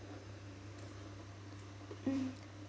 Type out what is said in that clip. mm